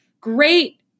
great